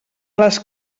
les